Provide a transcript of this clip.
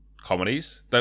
comedies